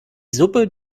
suppe